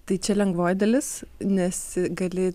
tai čia lengvoji dalis nes gali